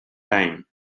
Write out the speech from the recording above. time